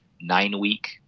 nine-week